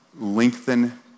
Lengthen